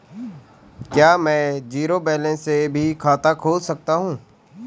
क्या में zero balance से भी खाता खोल सकता हूँ?